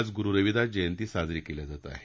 आज गुरू रविदास जयंती साजरी केली जात आहे